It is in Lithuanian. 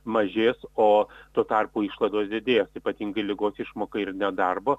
mažės o tuo tarpu išlaidos didės ypatingai ligos išmoka ir nedarbo